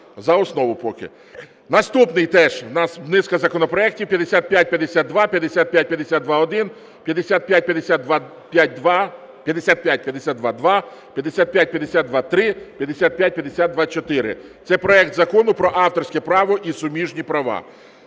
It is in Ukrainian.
Наступний, теж у нас низка законопроектів: 5552, 5552-1, 5552-2, 5552-3, 5552-4, це проект Закону про авторське право і суміжні права.